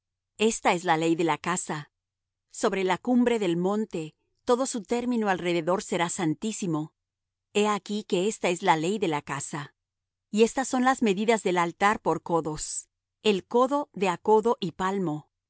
esta es la ley de la casa sobre la cumbre del monte todo su término alrededor será santísimo he aquí que esta es la ley de la casa y estas son las medidas del altar por codos el codo de á codo y